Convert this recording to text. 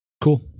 Cool